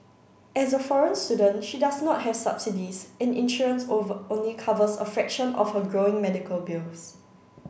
as a foreign student she does not have subsidies and insurance only covers a fraction of her growing medical bills